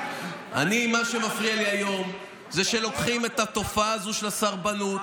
מה שמפריע לי היום הוא שלוקחים את התופעה הזו של הסרבנות,